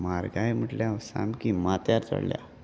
मारगाय म्हटल्या हांव सामकी माथ्यार चडल्या